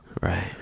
Right